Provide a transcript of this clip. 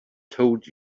told